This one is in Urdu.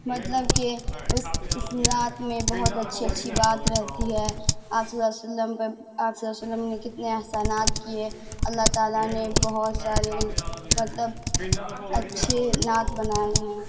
مطلب کہ اس اس نعت میں بہت اچھی اچھی بات رہتی ہے آپ صلی وسلم آپ صلی اللّہ وسلم نے کتنے احسانات کیے اللّہ تعالیٰ نے بہت سارے مطلب اچھے نعت بنائے ہیں